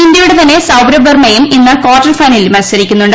ഇന്ത്യയുടെ തന്നെ സൌരബ് വെർമ്മയും ഇന്ന് ക്വാർട്ടർ ഫൈനലിൽ മത്സരിക്കുന്നുണ്ട്